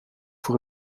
voor